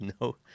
no